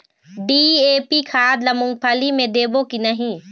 DAP खाद ला मुंगफली मे देबो की नहीं?